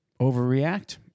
overreact